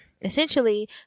Essentially